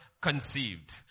conceived